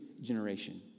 generation